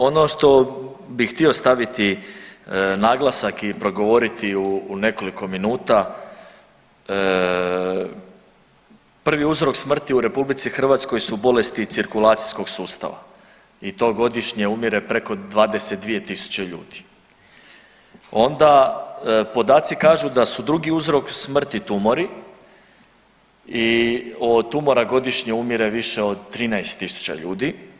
Ono što bih htio staviti naglasak i progovoriti u nekoliko minuta, prvi uzrok smrti u RH su bolesti cirkulacijskog sustava i to godišnje umire preko 22 tisuće ljudi, onda podaci kažu da su drugi uzrok smrti tumori i od tumora godišnje umire više od 13.000 ljudi.